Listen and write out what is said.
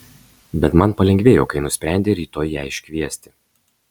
bet man palengvėjo kai nusprendei rytoj ją iškviesti